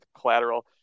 collateral